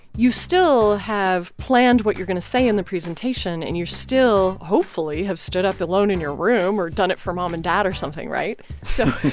you still have planned what you're going to say in the presentation and you're still hopefully, have stood up alone in your room or done it for mom and dad or something, right? so